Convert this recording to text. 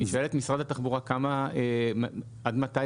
אני שואל את משרד התחבורה עד מתי